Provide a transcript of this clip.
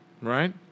right